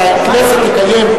שהכנסת תקיים,